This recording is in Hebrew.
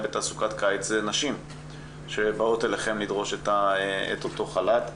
בתעסוקת קיץ זה נשים שבאות לדרוש מכם את אותו חל"ת.